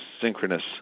synchronous